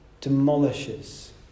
Demolishes